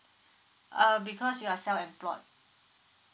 err because you are self employed